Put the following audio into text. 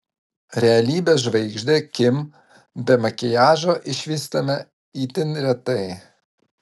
realybės žvaigždę kim be makiažo išvystame itin retai